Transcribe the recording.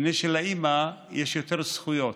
מפני שלאימא יש יותר זכויות.